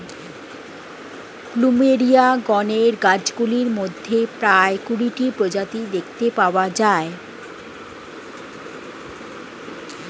plumeria গণের গাছগুলির মধ্যে প্রায় কুড়িটি প্রজাতি দেখতে পাওয়া যায়